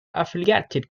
affiliated